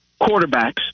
quarterbacks